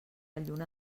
lluna